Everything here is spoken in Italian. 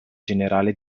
generale